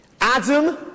Adam